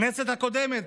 בכנסת הקודמת,